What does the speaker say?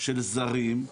של זרים,